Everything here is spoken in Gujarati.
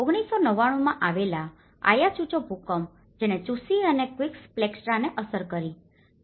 1999 માં આવેલા આયાચુચો ભૂકંપ જેણે ચૂસી અને ક્વિસ્પ્લેક્ટાને અસર કરી છે